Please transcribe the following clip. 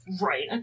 right